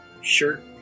Shirt